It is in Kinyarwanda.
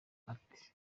ati